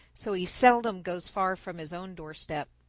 so he seldom goes far from his own doorstep.